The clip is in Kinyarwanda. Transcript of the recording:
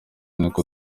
niko